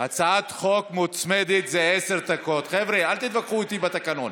הצמדת שתי ההצעות, מגיע לו 20 דקות.